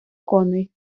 коней